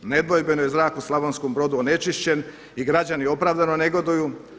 Nedvojbeno je zrak u Slavonskom Brodu onečišćen i građani opravdano negoduju.